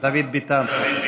דוד ביטן.